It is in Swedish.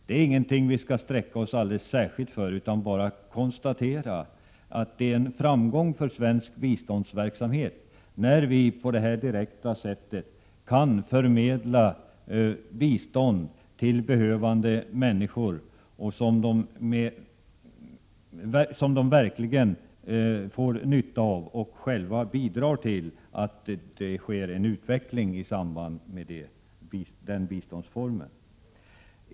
Det finns ingen anledning för oss att sträcka på oss särskilt för det, men vi kan konstatera att det är en framgång för svensk biståndsverksamhet när vi på detta direkta sätt kan förmedla bistånd till behövande människor, bistånd som de verkligen får nytta av. De bidrar själva till utveckling tack vare denna biståndsform.